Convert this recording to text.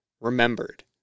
remembered